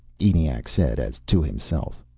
eniac said, as to himself.